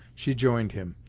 she joined him.